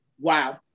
Wow